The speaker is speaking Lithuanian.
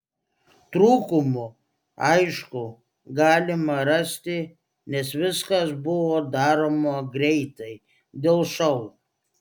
trūkumų aišku galima rasti nes viskas buvo daroma greitai dėl šou